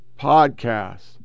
podcast